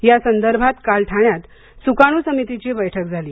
या संदर्भात काल ठाण्यात सुकाणू समितीची बैठक झाली